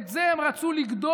את זה הם רצו לגדוע,